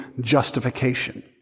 justification